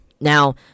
Now